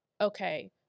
okay